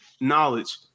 knowledge